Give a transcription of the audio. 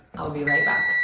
i will be right back.